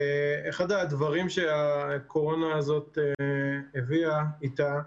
אחד הדברים שהקורונה הזאת הביאה איתה,